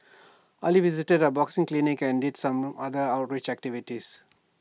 Ali visited A boxing clinic and did some other outreach activities